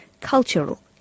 cultural